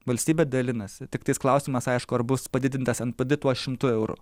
valstybė dalinasi tiktais klausimas aišku ar bus padidintas npd tuo šimtu eurų